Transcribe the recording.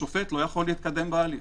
השופט לא יכול להתקדם בהליך.